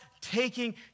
taking